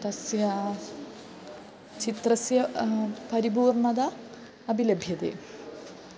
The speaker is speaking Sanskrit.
तस्य चित्रस्य परिपूर्णता अपि लभ्यते